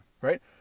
Right